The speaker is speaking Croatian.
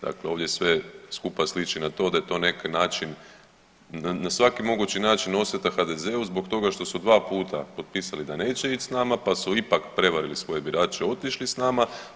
Dakle, ovdje sve skupa sliči na to da je to na neki način, na svaki mogući način osveta HDZ-u zbog toga što su dva puta potpisali da neće ići s nama, pa su ipak prevarili svoje birače, otišli s nama.